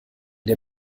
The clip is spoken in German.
der